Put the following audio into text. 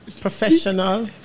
professional